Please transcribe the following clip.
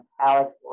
Alex